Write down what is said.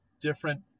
different